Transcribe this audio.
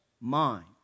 mind